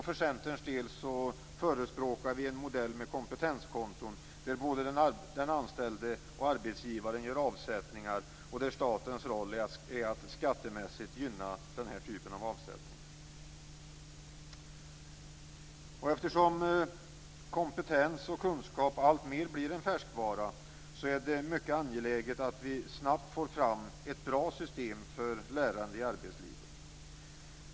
För Centerns del förespråkar vi en modell med kompetenskonton där både den anställde och arbetsgivaren gör avsättningar och där statens roll är att skattemässigt gynna den typen av avsättningar. Eftersom kompetens och kunskap alltmer blir en färskvara är det mycket angeläget att vi snabbt får fram bra system för lärande i arbetslivet.